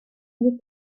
with